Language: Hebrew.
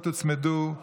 אתה ממש דובי לא לא.